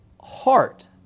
heart